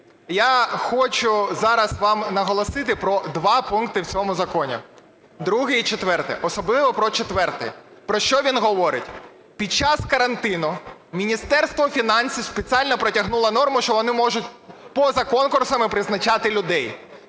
я хочу зараз вам наголосити про два пункти в цьому законі – другий і четвертий, особливо про четвертий. Про що він говорить? Під час карантину Міністерство фінансів спеціально протягнуло норму, що вони можуть поза конкурсами призначати людей.